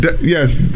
Yes